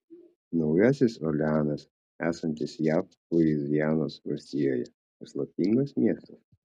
naujasis orleanas esantis jav luizianos valstijoje paslaptingas miestas